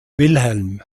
wilhelm